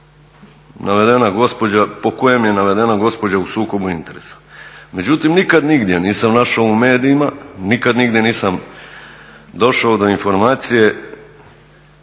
po kojem je navedena gospođa u sukobu interesa. Međutim, nikad nigdje nisam našao u medijima, nikad nigdje nisam došao do informacije